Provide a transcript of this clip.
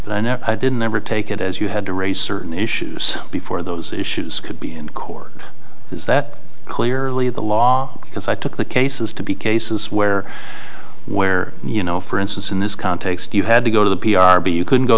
never i didn't ever take it as you had to raise certain issues before those issues could be in court is that clearly the law because i took the cases to be cases where where you know for instance in this context you had to go to the p r b you couldn't go